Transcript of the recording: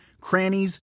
crannies